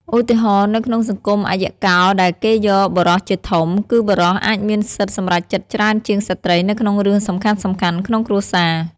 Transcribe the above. ឧទាហរណ៍ នៅក្នុងសង្គមអយ្យកោ ដែលគេយកបុរសជាធំ គឺបុរសអាចមានសិទ្ធិសម្រេចចិត្តច្រើនជាងស្ត្រីនៅក្នុងរឿងសំខាន់ៗក្នុងគ្រួសារ។